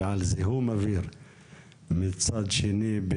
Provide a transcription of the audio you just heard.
ועל זיהום אוויר מצד שני,